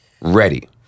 ready